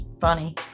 funny